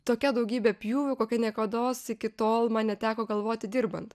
tokia daugybe pjūvių kokia niekados iki tol man neteko galvoti dirbant